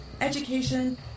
education